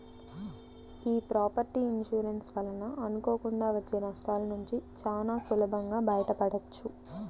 యీ property insurance వలన అనుకోకుండా వచ్చే నష్టాలనుంచి చానా సులభంగా బయటపడొచ్చు